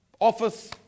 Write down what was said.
office